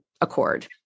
accord